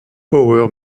power